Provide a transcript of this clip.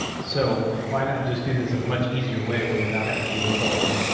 so why not just do this a much easier way without having to deal with all the